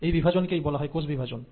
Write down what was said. এই বিভাজনকেই বলা হয় কোষ বিভাজন